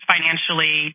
financially